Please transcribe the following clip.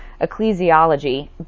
ecclesiology